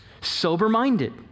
Sober-minded